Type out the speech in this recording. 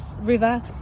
river